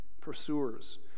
pursuers